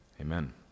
Amen